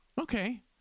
okay